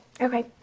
okay